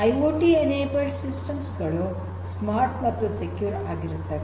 IoT enabled system ಗಳು smart ಮತ್ತು secure ಆಗಿರುತ್ತವೆ